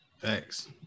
Thanks